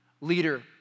Leader